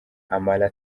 amara